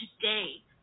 today